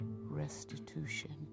restitution